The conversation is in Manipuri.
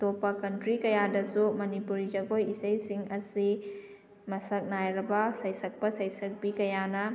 ꯑꯇꯣꯞꯄ ꯀꯟꯇ꯭ꯔꯤ ꯀꯌꯥꯗꯁꯨ ꯃꯅꯤꯄꯨꯔꯤ ꯖꯒꯣꯏ ꯏꯁꯩꯁꯤꯡ ꯑꯁꯤ ꯃꯁꯛ ꯅꯥꯏꯔꯕ ꯁꯩꯁꯛꯄ ꯁꯩꯁꯛꯄꯤ ꯀꯌꯥꯅ